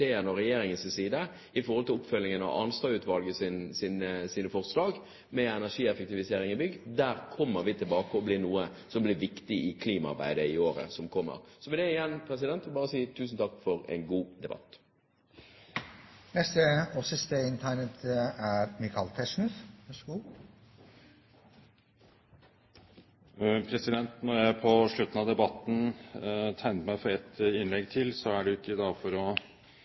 og regjeringens side med hensyn til oppfølging av Arnstad-utvalgets forslag om energieffektivisering i bygg, kommer vi tilbake. Dette er noe som blir viktig i klimaarbeidet i året som kommer. Så vil jeg igjen bare si tusen takk for en god debatt. Når jeg på slutten av debatten tegnet meg for et innlegg til, var det ikke for å